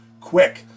quick